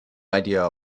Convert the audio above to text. idea